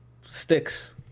Sticks